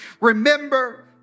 Remember